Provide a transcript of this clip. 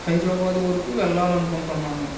హైదరాబాదు వరకు వెళ్ళాలి అనుకుంటున్నాను